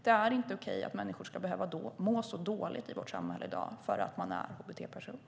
Det är inte okej att människor ska behöva må så dåligt för att de är hbt-personer.